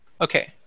Okay